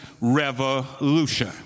revolution